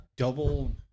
double